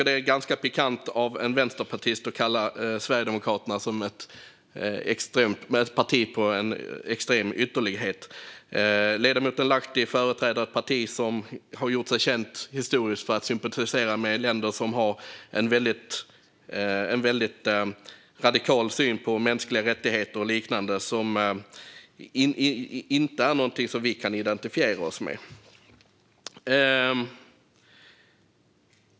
Det är ganska pikant av en vänsterpartist att kalla Sverigedemokraterna för ett extremt ytterlighetsparti. Ledamoten Lahti företräder ett parti som historiskt har gjort sig känt för att sympatisera med länder som har en radikal syn på mänskliga rättigheter och liknande. Det är inte något vi kan identifiera oss med.